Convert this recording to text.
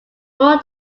more